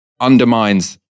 undermines